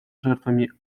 жертвами